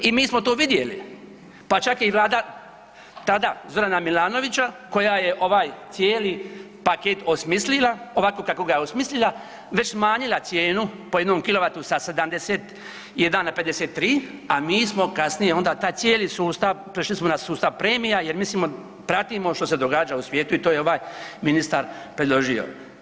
I mi smo to vidjeli pa čak i Vlada, tada, Zorana Milanovića koja je ovaj cijeli paket osmislila, ovako kako ga je osmislila, već smanjila cijenu po jednom kilovatu sa 71 na 53, a mi smo kasnije onda taj cijeli sustav, prešli smo na sustav premija jer mislimo, pratimo što se događa u svijetu i to je ovaj ministar predložio.